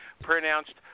pronounced